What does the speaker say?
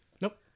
Nope